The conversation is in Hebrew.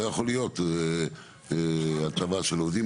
לא יכול להיות הטבה של עובדים,